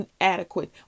inadequate